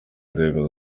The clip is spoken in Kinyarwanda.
inzego